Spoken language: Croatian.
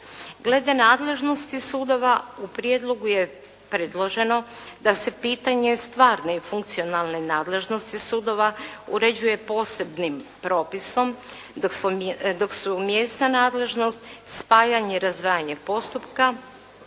Glede nadležnosti sudova u prijedlogu je predloženo da se pitanje stvarne i funkcionalne nadležnosti sudova uređuje posebnim propisom dok su mjesna nadležnost, spajanje i razdvajanje postupka